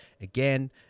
Again